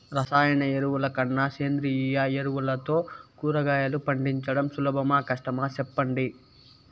రసాయన ఎరువుల కన్నా సేంద్రియ ఎరువులతో కూరగాయలు పండించడం సులభమా కష్టమా సెప్పండి